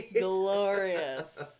Glorious